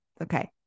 Okay